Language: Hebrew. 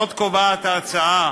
עוד קובעת ההצעה